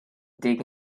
dig